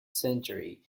century